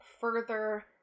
further